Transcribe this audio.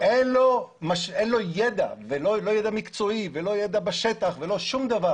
אין לרפרנט שאגף התקציבים שלח לא ידע מקצועי ולא ידע בשטח ולא שום דבר.